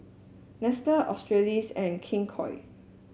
Nestle Australis and King Koil